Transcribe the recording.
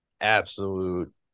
absolute